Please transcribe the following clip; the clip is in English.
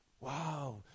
Wow